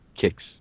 kicks